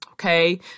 Okay